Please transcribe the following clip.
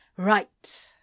Right